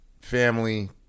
family